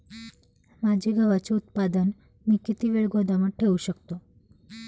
माझे गव्हाचे उत्पादन किती वेळ गोदामात ठेवू शकतो?